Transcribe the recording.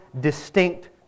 distinct